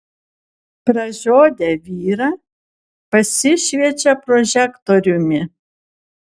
pražiodę vyrą pasišviečia prožektoriumi